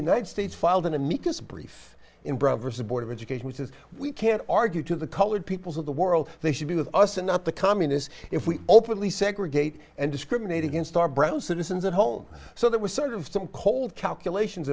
united states filed an amicus brief in brown versus board of education which is we can't argue to the colored peoples of the world they should be with us and not the communists if we openly segregate and discriminate against our brown citizens at home so that was sort of some cold calculations